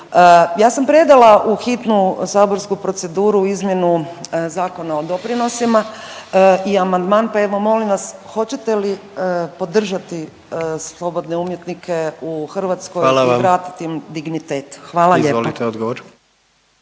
Ja sam predala u hitnu saborsku proceduru izmjenu Zakona o doprinosima i amandman, pa evo, molim vas, hoćete li podržati slobodne umjetnike u Hrvatskoj i vratiti im dignitet? Hvala lijepo.